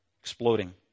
exploding